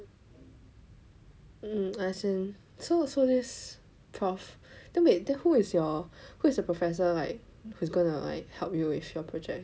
mm as in so so this prof then wait then who is your who is your professor like who's gonna like help you with your project